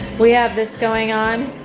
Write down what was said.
we have this going on.